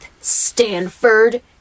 stanford